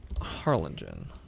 Harlingen